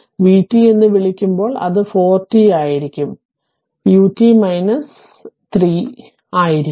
v t എന്ന് വിളിക്കപ്പെടുമ്പോൾ അത് 4 t ആയിരിക്കും n അത് ut ut 3 വലത് ആയിരിക്കും